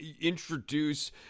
introduce